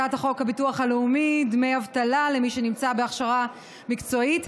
הצעת חוק הביטוח הלאומי (דמי אבטלה למי שנמצא בהכשרה מקצועית,